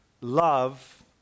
love